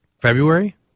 February